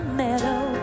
meadow